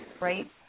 right